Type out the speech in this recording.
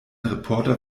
reporter